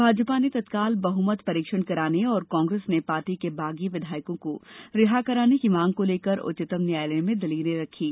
भाजपा ने तत्काल बहुमत परीक्षण कराने और कांग्रेस ने पार्टी के बागी विधायकों को रिहा कराने की मांग को लेकर उच्चतम न्यायालय में दलीलें रखीं